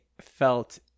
felt